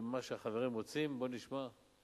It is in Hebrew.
מה שהחברים רוצים, בוא נשמע.